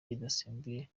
bidasembuye